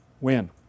win